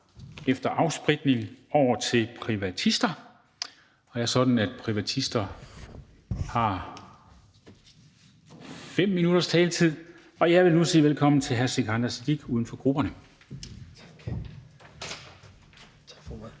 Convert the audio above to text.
Efter afspritning går vi til privatister. Det er sådan, at privatister har 5 minutters taletid. Og jeg vil nu sige velkommen til hr. Sikandar Siddique, uden for grupperne. Kl.